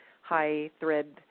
high-thread